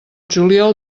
juliol